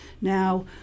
Now